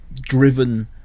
driven